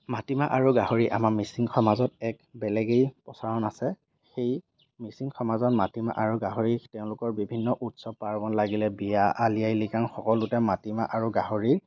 মাটিমাহ আৰু গাহৰি আমাৰ মিচিং সমাজত এক বেলেগেই প্ৰচলন আছে সেই মিচিং সমাজত মাটিমাহ আৰু গাহৰি তেওঁলোকৰ বিভিন্ন উৎসৱ পাৰ্বণ লাগিলে বিয়া আলি আই লৃগাং সকলোতে মাটিমাহ আৰু গাহৰিৰ